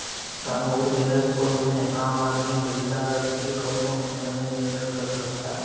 सामूहिक निवेश कोष में आम आदमी पइसा रख के कवनो फंड में निवेश कर सकता